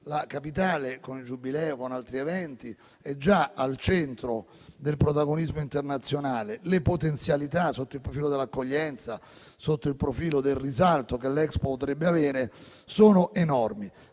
La Capitale, con il Giubileo e con altri eventi, è già al centro del protagonismo internazionale. Le potenzialità, sotto il profilo dell'accoglienza, sotto il profilo del risalto che l'Expo potrebbe avere sono enormi.